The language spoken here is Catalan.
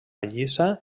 lliça